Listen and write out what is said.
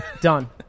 Done